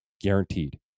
guaranteed